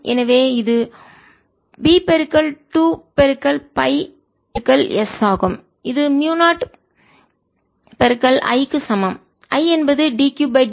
எனவே இது B 2 pi S ஆகும் இது மியூ0 I க்கு சமம் I என்பது dQ dt